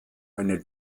eine